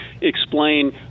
explain